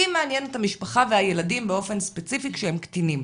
אותי מעניינת המשפחה והילדים באופן ספציפי כשהם קטינים,